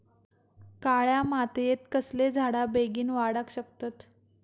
काळ्या मातयेत कसले झाडा बेगीन वाडाक शकतत?